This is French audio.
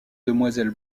demoiselle